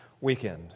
weekend